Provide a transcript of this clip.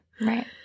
right